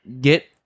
get